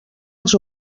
els